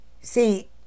See